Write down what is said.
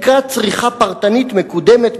'תקרת צריכה פרטנית מקודמת',